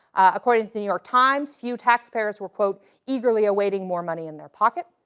according to the new york times, few tax papers were eagerly awaiting more money in their pocket.